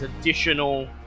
additional